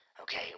Okay